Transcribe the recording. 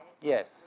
Yes